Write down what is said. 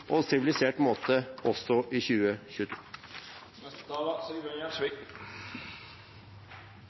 og sivilisert måte også i